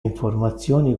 informazioni